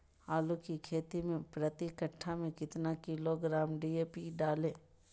आलू की खेती मे प्रति कट्ठा में कितना किलोग्राम डी.ए.पी डाले?